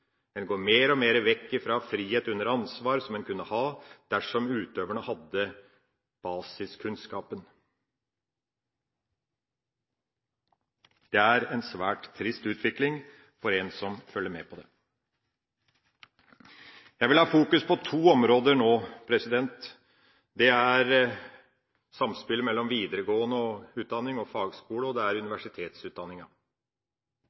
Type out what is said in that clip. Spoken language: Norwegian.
En går mer og mer vekk fra frihet under ansvar, som en kunne hatt dersom utøverne hadde hatt basiskunnskapen. Det er en svært trist utvikling for en som følger med på dette. Jeg vil fokusere på to områder nå. Det er samspillet mellom videregående utdanning og fagskole, og det er